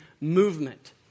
movement